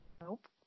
Nope